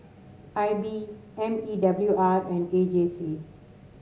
I B M E W R and A J C